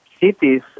cities